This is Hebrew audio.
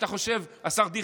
אתה חושב, השר דיכטר,